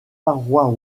paroi